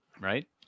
right